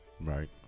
Right